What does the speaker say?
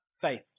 Faith